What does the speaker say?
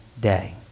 day